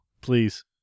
Please